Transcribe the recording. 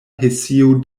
hesio